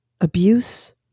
abuse